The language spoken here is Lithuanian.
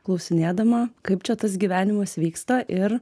klausinėdama kaip čia tas gyvenimas vyksta ir